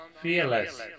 fearless